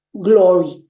glory